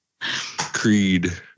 Creed